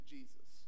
Jesus